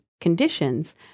conditions